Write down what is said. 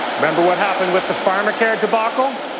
remember what happened with the pharmacare debank ah